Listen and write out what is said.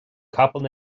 capall